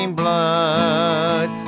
blood